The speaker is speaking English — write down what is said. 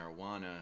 marijuana